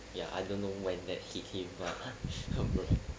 ya I don't know when that hit him but bruh